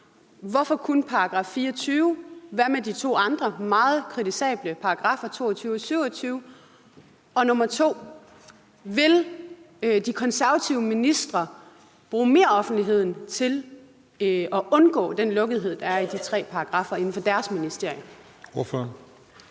Hvorfor kun § 24? Hvad med de to andre meget kritisable paragraffer, nemlig 22 og 27? Det andet er: Vil de konservative ministre bruge offentligheden mere for at undgå den lukkethed, der er i de tre paragraffer, inden for deres ministerier? Kl.